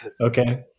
Okay